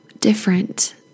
different